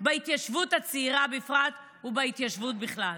בהתיישבות הצעירה בפרט ובהתיישבות בכלל.